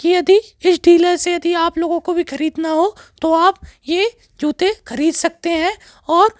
कि यदि इस डीलर से यदि आप लोगों को वी खरीदना हो तो आप ये जूते खरीद सकते हैं और